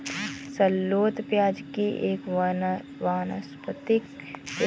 shallot प्याज़ की एक वानस्पतिक किस्म है